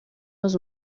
maze